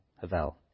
Havel